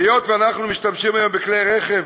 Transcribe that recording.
היות שאנחנו משתמשים היום בכלי רכב,